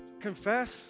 Confess